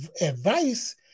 advice